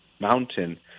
mountain